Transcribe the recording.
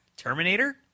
terminator